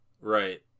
right